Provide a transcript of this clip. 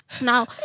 now